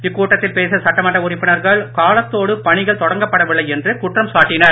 இக்கூட்டத்தில் பேசிய சட்டமன்ற உறுப்பினர்கள் காலத்தோடு பணிகள் தொடங்கப்படவில்லை என்று குற்றம் சாட்டினார்